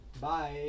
Bye